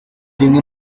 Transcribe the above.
rimwe